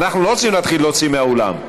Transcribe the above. אנחנו לא רוצים להתחיל להוציא מהאולם.